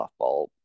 softball